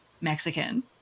Mexican